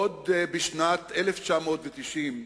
עוד בשנת 1990,